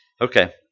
Okay